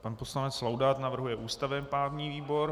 Pan poslanec Laudát navrhuje ústavněprávní výbor.